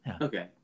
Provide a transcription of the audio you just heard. Okay